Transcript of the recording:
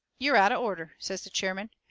you're out of order, says the chairman,